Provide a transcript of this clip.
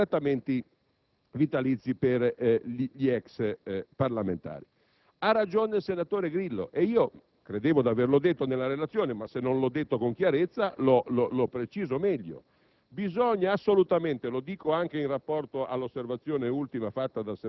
quarto punto, quello dei trattamenti vitalizi per gli ex parlamentari, ha ragione il senatore Grillo. Credevo di averlo detto nella relazione, ma se non sono stato chiaro lo preciso meglio.